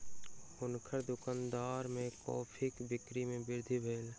हुनकर दुकान में कॉफ़ीक बिक्री में वृद्धि भेल